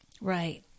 Right